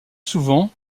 souvent